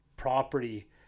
property